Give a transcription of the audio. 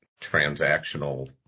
transactional